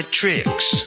tricks